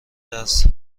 درس